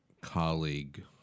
colleague